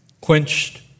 quenched